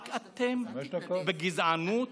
רק אתם, בגזענות?